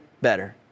better